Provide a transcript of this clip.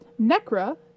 necra